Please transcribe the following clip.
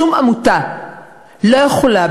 שום עמותה לא יכולה,